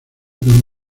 con